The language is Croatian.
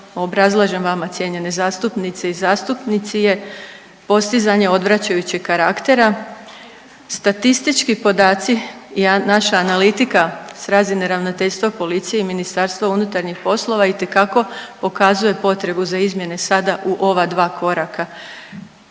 obrazlažem vama, cijenjene zastupnice i zastupnici je postizanje odvraćajućeg karaktera, statistički podaci i naša analitika s razine Ravnateljstva policija i Ministarstva unutarnjih poslova itekako pokazuje potrebu za izmjene sada u ova dva koraka.